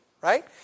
Right